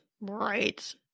Right